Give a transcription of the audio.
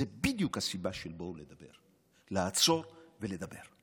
זו בדיוק הסיבה של "בואו לדבר": לעצור ולדבר.